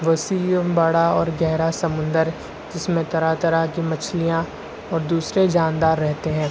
وسیع امباڑا اور گہرا سمندر جس میں طرح طرح کی مچھلیاں اور دوسرے جاندار رہتے ہیں